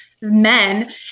men